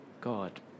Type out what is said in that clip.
God